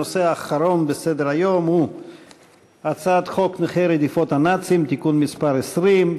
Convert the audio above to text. הנושא האחרון בסדר-היום הוא הצעת חוק נכי רדיפות הנאצים (תיקון מס' 20),